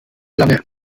lange